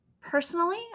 Personally